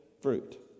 fruit